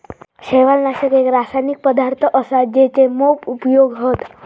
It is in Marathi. शैवालनाशक एक रासायनिक पदार्थ असा जेचे मोप उपयोग हत